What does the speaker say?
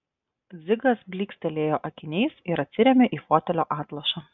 dzigas blykstelėjo akiniais ir atsirėmė į fotelio atlošą